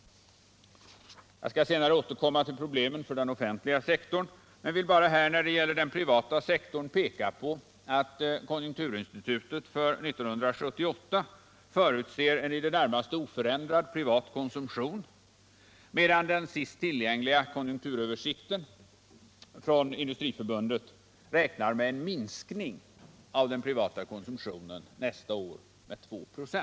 Jag skall senare återkomma till problemen för den offentliga sektorn men vill bara när det gäller den privata sektorn peka på att konjunkturinstitutet för 1978 förutser en i det närmaste oförändrad privat konsumtion, medan den sist tillgängliga konjunkturöversikten — från Industriförbundet — räknar med en minskning av den privata konsumtionen nästa år med 2 96.